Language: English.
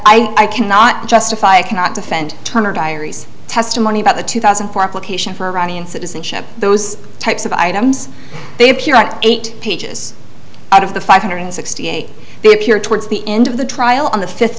i cannot justify cannot defend turner diaries testimony about the two thousand and four application for iranian citizenship those types of items they appear at eight pages out of the five hundred sixty eight if you're towards the end of the trial on the fifth